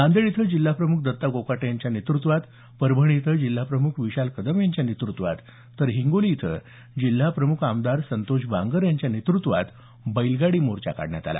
नांदेड इथं जिल्हाप्रमुख दत्ता कोकाटे यांच्या नेतृत्वात परभणी इथं जिल्हाप्रमुख विशाल कदम यांच्या नेतृत्वात तर हिंगोली इथं जिल्हाप्रमुख आमदार संतोष बांगर यांच्या नेतृत्वात बैलगाडी मोर्चा काढण्यात आला